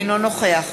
אינו נוכח